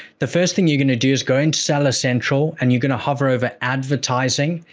the first thing you're going to do is go into seller central, and you're going to hover over advertising,